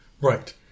Right